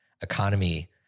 economy